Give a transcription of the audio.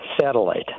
satellite